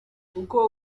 uko